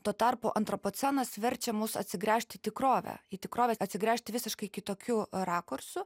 tuo tarpu antropocenas verčia mus atsigręžt į tikrovę į tikrovę atsigręžt visiškai kitokiu rakursu